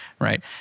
right